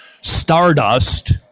stardust